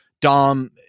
dom